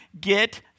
get